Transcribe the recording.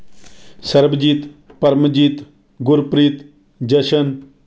Sarabjit Paramjit Gurpreet Jashan